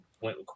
went